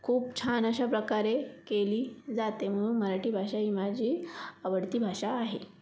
खूप छान अशा प्रकारे केली जाते म्हणून मराठी भाषा ही माझी आवडती भाषा आहे